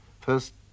First